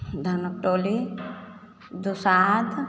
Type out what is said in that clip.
Dhanuktoli Dusadh